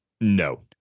No